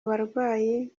barwayi